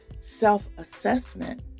self-assessment